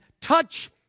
touch